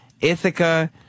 Ithaca